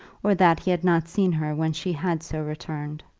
or that he had not seen her when she had so returned.